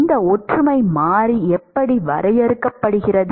இந்த ஒற்றுமை மாறி எப்படி வரையறுக்கப்படுகிறது